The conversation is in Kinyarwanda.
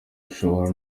ushobora